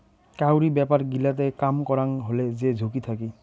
কাউরি ব্যাপার গিলাতে কাম করাং হলে যে ঝুঁকি থাকি